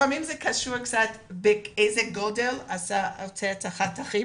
לפעמים זה קשור קצת באיזה גודל נעשו החתכים,